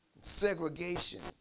segregation